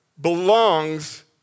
belongs